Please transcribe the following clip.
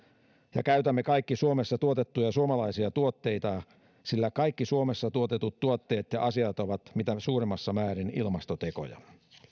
ja käytämme kaikki suomessa tuotettuja suomalaisia tuotteita sillä kaikki suomessa tuotetut tuotteet ja asiat ovat mitä suurimmassa määrin ilmastotekoja